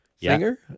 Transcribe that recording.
Singer